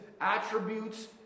attributes